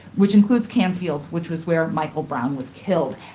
which includes canfield which was where michael brown was killed.